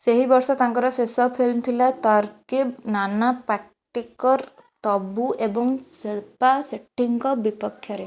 ସେହି ବର୍ଷ ତାଙ୍କର ଶେଷ ଫିଲ୍ମ ଥିଲା ତର୍କିବ ନାନ ପାରଟିର ତବୁ ଏବଂ ଶିଳ୍ପା ସେଟ୍ଟୀଙ୍କ ବିପକ୍ଷରେ